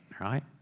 right